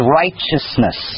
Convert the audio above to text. righteousness